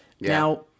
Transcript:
Now